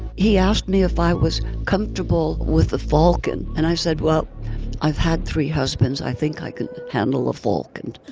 he asked me if i was comfortable with a falcon and i said well i've had three husbands. i think i can handle a falcon.